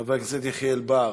חבר הכנסת יחיאל בר,